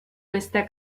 questa